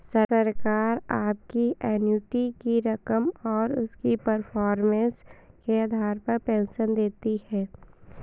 सरकार आपकी एन्युटी की रकम और उसकी परफॉर्मेंस के आधार पर पेंशन देती है